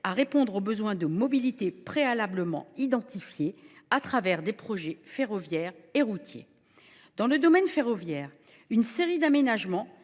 à répondre aux besoins de mobilité préalablement identifiés, à travers des projets ferroviaires et routiers. Dans le domaine ferroviaire, une série d’aménagements